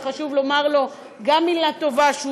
וחשוב לומר גם לו מילה טובה,